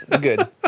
Good